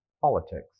politics